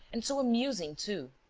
and so amusing too.